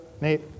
Nate